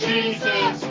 Jesus